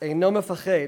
אינו מפחד